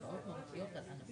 מועצה אזורית תמר